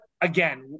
again